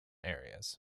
areas